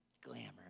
Glamour